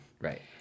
Right